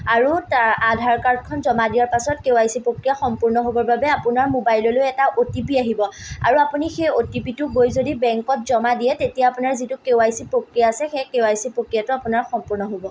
আৰু তাৰ আধাৰ কাৰ্ডখন জমা দিয়াৰ পাছত কে ৱাই চি প্ৰক্ৰিয়া সম্পূৰ্ণ হ'বৰ বাবে আপোনাৰ মোবাইললৈ এটা অ' টি পি আহিব আৰু আপুনি সেই অ' টি পিটো গৈ যদি বেংকত জমা দিয়ে তেতিয়া আপোনাৰ যিটো কে ৱাই চি প্ৰক্ৰিয়া আছে সেই কে ৱাই চি প্ৰক্ৰিয়টো আপোনাৰ সম্পূৰ্ণ হ'ব